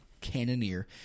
Cannoneer